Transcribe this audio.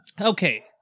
Okay